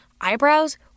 eyebrows